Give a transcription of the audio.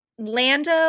Lando